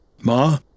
Ma